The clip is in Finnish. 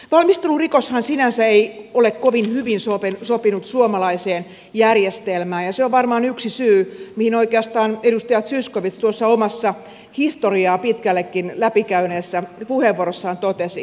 valmistelurikoshan sinänsä ei ole kovin hyvin sopinut suomalaiseen järjestelmään ja se on varmaan yksi syy mihin oikeastaan edustaja zyskowicz tuossa omassa historiaa pitkällekin läpikäyneessä puheenvuorossaan totesi